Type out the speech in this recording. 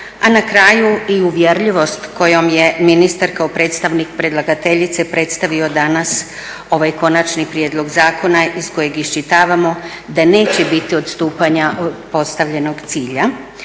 a na kraju i uvjerljivost kojom je ministar kao predstavnik predlagateljice predstavio danas ovaj konačni prijedlog zakona iz kojeg iščitavamo da neće biti odstupanja od postavljenog cilja,